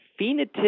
phenotypic